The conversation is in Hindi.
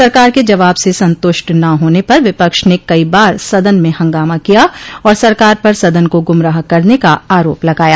सरकार के जवाब से संतुष्ट न होने पर विपक्ष ने कई बार सदन में हंगामा किया और सरकार पर सदन को गुमराह करने का आरोप लगाया